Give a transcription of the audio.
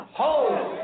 hold